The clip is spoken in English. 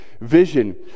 vision